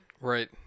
Right